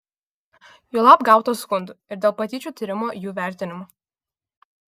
juolab gauta skundų ir dėl pačių tyrimų jų vertinimo